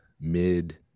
mid